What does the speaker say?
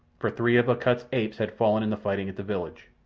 for three of akut's apes had fallen in the fighting at the village.